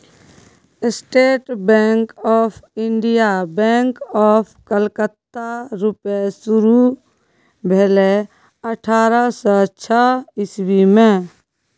state bank of India, bank of Calcutta रुपे शुरु भेलै अठारह सय छअ इस्बी मे